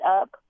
up